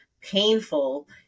painful